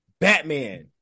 Batman